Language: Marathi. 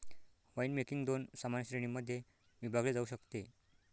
वाइनमेकिंग दोन सामान्य श्रेणीं मध्ये विभागले जाऊ शकते